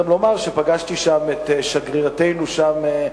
לומר שפגשתי שם את שגרירתנו שם,